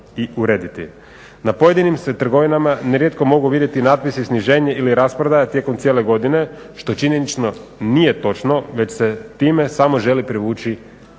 Na pojedinim se trgovinama ne rijetko mogu vidjeti natpisi sniženje ili rasprodaja tijekom cijele godine što činjenično nije točno, već se time samo želi privući